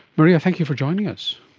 maria, thank you for joining us.